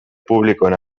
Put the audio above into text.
publikoen